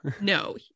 No